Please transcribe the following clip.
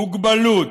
מוגבלות,